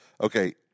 Okay